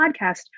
podcast